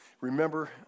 Remember